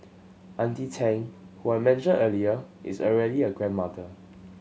Auntie Tang who I mentioned earlier is already a grandmother